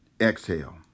exhale